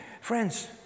Friends